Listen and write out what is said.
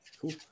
cool